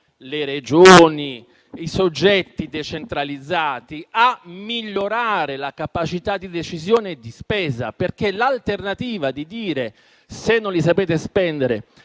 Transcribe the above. le Regioni, i soggetti decentralizzati, a migliorare la capacità di decisione di spesa. L'alternativa di dire che, se non li sapete spendere,